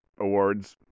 Awards